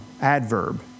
adverb